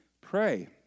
pray